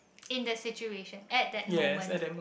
in the situation at the moment